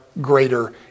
greater